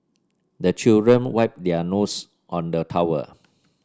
the children wipe their nose on the towel